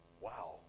Wow